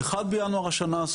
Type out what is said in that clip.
אחד בינואר השנה,